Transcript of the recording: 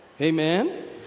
amen